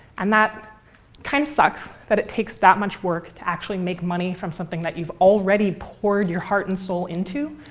and that kind of sucks, but it takes that much work to actually make money from something that you've already poured your heart and soul into.